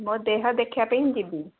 ମୋ ଦେହ ଦେଖେଇବା ପାଇଁ ମୁଁ ଯିବି